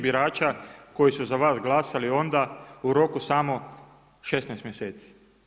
5 birača koji su za vas glasali onda u roku samo 16 mjeseci.